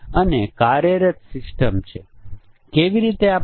operating system વિવિધ પર્યાવરણીય settings માટે ચકાશાય છે